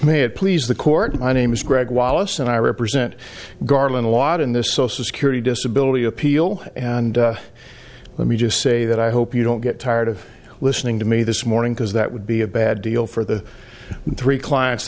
it please the court my name is greg wallace and i represent garland a lot in this social security disability appeal and let me just say that i hope you don't get tired of listening to me this morning because that would be a bad deal for the three clients